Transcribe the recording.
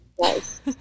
Nice